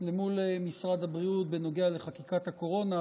מול משרד הבריאות בנוגע לחקיקת הקורונה.